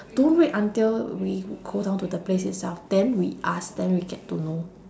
don't wait until we go down to the place itself then we ask then we get to know